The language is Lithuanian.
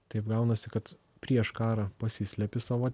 taip gaunasi kad prieš karą pasislepi savo